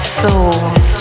souls